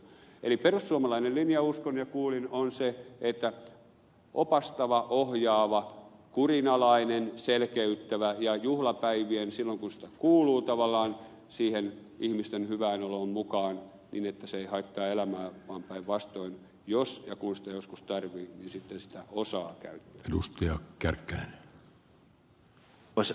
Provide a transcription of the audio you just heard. eli perussuomalainen linja uskon ja kuulin on opastava ohjaava kurinalainen ja selkeyttävä ja sen mukaan juhlapäivinä alkoholi kuuluu tavallaan siihen ihmisten hyvään oloon mukaan niin että se ei haittaa elämää vaan päinvastoin jos ja kun sitä joskus tarvitsee niin sitten sitä osaa käyttää